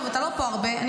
טוב, אתה לא הרבה פה.